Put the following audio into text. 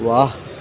ವಾಹ್